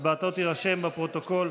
והצבעתו תירשם בפרוטוקול.